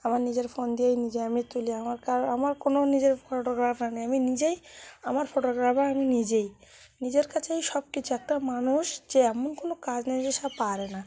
আমার নিজের ফোন দিয়েই নিজে আমি তুলি আমার কারো আমার কোনো নিজের ফটোগ্রাফার নেই আমি নিজেই আমার ফটোগ্রাফার আমি নিজেই নিজের কাছেই সব কিছু একটা মানুষ যে এমন কোনো কাজ নেই যে সে পারে না